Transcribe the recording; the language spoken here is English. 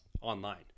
online